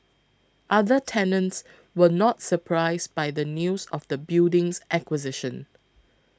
other tenants were not surprised by the news of the building's acquisition